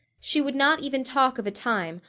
she would not even talk of a time,